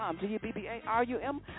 g-u-b-b-a-r-u-m